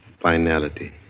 Finality